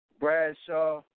Bradshaw